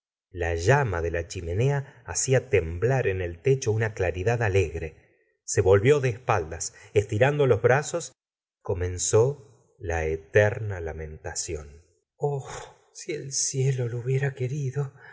la llama de la chimenea hacía temblar en el techo una claridad alegre se volvió de espaldas estirando los brazos y comenzó la eterna lamentación la señora de boyar vgre gustavo flaubert h si el cielo lo hubiera querido